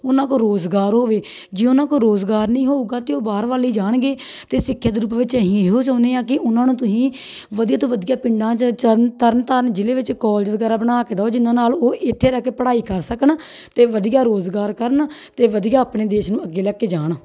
ਉਹਨਾਂ ਕੋਲ ਰੁਜ਼ਗਾਰ ਹੋਵੇ ਜੇ ਉਹਨਾਂ ਕੋਲ ਰੁਜ਼ਗਾਰ ਨਹੀਂ ਹੋਏਗਾ ਤਾਂ ਉਹ ਬਾਹਰ ਵੱਲ ਹੀ ਜਾਣਗੇ ਅਤੇ ਸਿੱਖਿਆ ਦੇ ਰੂਪ ਵਿੱਚ ਅਸੀਂ ਇਹ ਚਾਹੁੰਦੇ ਹਾਂ ਕਿ ਉਹਨਾਂ ਨੂੰ ਤੁਸੀਂ ਵਧੀਆ ਤੋਂ ਵਧੀਆ ਪਿੰਡਾਂ 'ਚ ਚਰਨ ਤਰਨ ਤਾਰਨ ਜ਼ਿਲ੍ਹੇ ਵਿੱਚ ਕੋਲਜ ਵਗੈਰਾ ਬਣਾ ਕੇ ਦਿਉ ਜਿਹਨਾਂ ਨਾਲ ਉਹ ਇੱਥੇ ਰਹਿ ਕੇ ਪੜ੍ਹਾਈ ਕਰ ਸਕਣ ਅਤੇ ਵਧੀਆ ਰੁਜ਼ਗਾਰ ਕਰਨ ਅਤੇ ਵਧੀਆ ਆਪਣੇ ਦੇਸ਼ ਨੂੰ ਅੱਗੇ ਲੈ ਕੇ ਜਾਣ